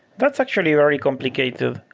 that's actually very complicated.